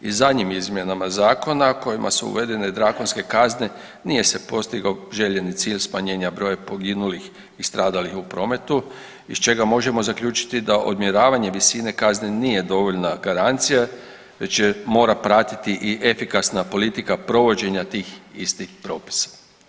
I zadnjim izmjenama zakona kojima su uvedene drakonske kazne nije se postigao željeni cilj smanjenja broja poginulih i stradalih u prometu iz čega možemo zaključiti da odmjeravanje visine kazne nije dovoljna garancija već mora pratiti i efikasna politika provođenja tih istih propisa.